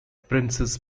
princess